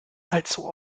allzu